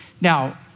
Now